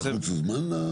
משרד החוץ הוזמן?